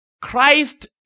Christ